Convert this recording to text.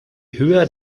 höher